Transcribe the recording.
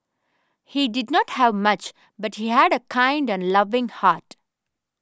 he did not have much but he had a kind and loving heart